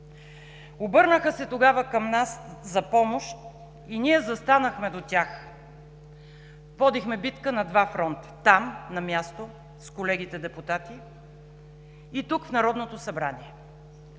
Обърнаха се тогава към нас за помощ и ние застанахме до тях. Водихме битка на два фронта – там, на място, с колегите депутати и тук, в Народното събрание.